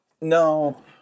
no